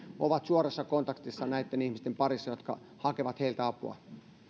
ovat suorassa kontaktissa näitten ihmisten parissa jotka hakevat heiltä apua